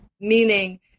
meaning